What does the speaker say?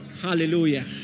Hallelujah